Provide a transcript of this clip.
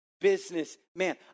businessman